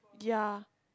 ya